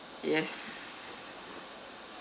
yes